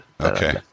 Okay